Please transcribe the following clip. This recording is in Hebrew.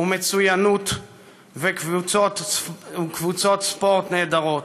ומצוינים וקבוצות ספורט נהדרות.